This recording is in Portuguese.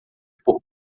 por